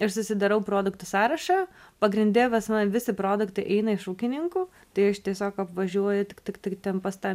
ir susidarau produktų sąrašą pagrinde pas mane visi produktai eina iš ūkininkų tai aš tiesiog apvažiuoju tik tik tik ten pas tą